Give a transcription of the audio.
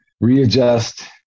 readjust